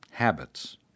habits